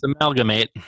amalgamate